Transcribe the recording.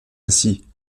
ainsi